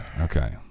Okay